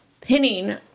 Pinning